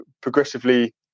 progressively